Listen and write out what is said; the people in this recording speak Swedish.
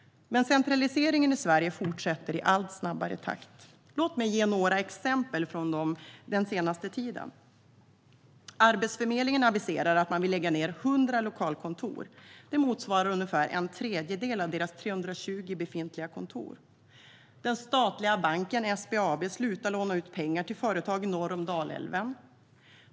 Centraliseringen i Sverige fortsätter i en allt snabbare takt. Låt mig ge några exempel från den senaste tiden: Arbetsförmedlingen aviserar att de vill lägga ned 100 lokalkontor. Det motsvarar ungefär en tredjedel av deras 320 befintliga kontor. Den statliga banken SBAB slutar låna ut pengar till företag norr om Dalälven.